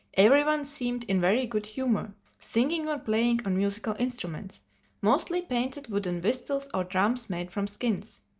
every one seemed in very good humor, singing or playing on musical instruments mostly painted wooden whistles or drums made from skins.